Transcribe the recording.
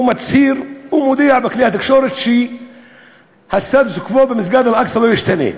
ומצהיר ומודיע בכלי התקשורת שהסטטוס-קוו במסגד אל-אקצא לא ישתנה,